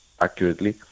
accurately